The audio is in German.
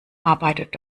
arbeitet